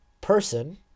person